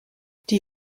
die